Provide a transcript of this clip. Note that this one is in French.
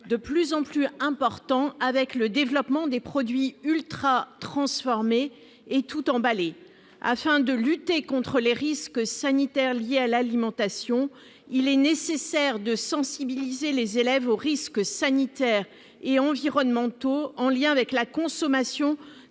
toujours plus important du fait du développement des produits ultratransformés et tout emballés. Afin de lutter contre les risques sanitaires liés à l'alimentation, il est nécessaire de sensibiliser les élèves aux risques sanitaires et environnementaux qui découlent de la consommation